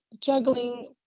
juggling